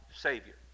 Savior